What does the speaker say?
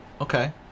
okay